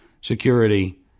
security